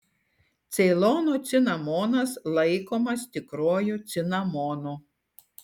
ceilono cinamonas laikomas tikruoju cinamonu